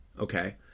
Okay